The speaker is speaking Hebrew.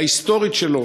וההיסטורית שלו,